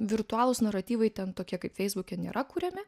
virtualūs naratyvai ten tokie kaip feisbuke nėra kuriami